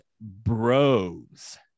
bros